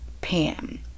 pam